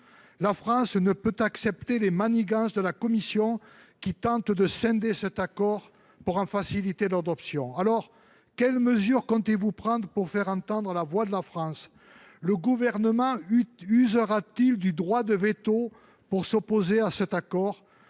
La France ne peut accepter les manigances de la Commission européenne, qui tente de scinder cet accord pour faciliter son adoption. Aussi, quelles mesures comptez vous prendre pour faire entendre la voix de la France ? Le Gouvernement usera t il de son droit de veto pour s’opposer à cet accord ?